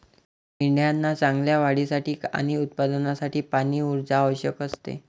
मेंढ्यांना चांगल्या वाढीसाठी आणि उत्पादनासाठी पाणी, ऊर्जा आवश्यक असते